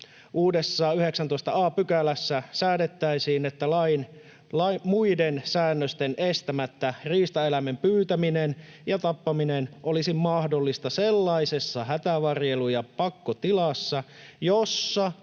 Uudessa 19 a §:ssä säädettäisiin, että lain muiden säännösten estämättä riistaeläimen pyytäminen ja tappaminen olisi mahdollista sellaisessa hätävarjelu- ja pakkotilassa, jossa